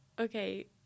Okay